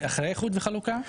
זה אחרי איחוד וחלוקה?